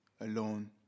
alone